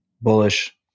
Bullish